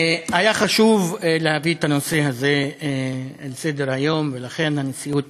היה חשוב להביא את הנושא הזה אל סדר-היום ולכן הנשיאות